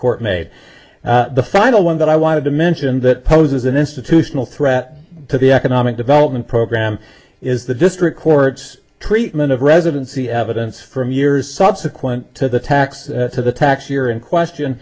court made the final one that i wanted to mention that poses an institutional threat to the economic development program is the district court's treatment of residency evidence from years subsequent to the tax to the tax year in question